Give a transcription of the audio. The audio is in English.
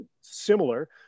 similar